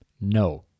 no